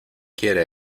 quiera